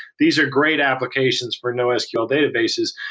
these are great applications for nosql databases,